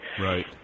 right